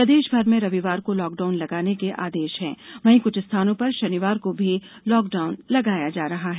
प्रदेश भर में रविवार को लॉकडाउन लगाने के आदेश हैं वहीं कुछ स्थानों पर शनिवार को भी लॉकडाउन लगाया जा रहा है